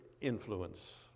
influence